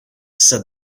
said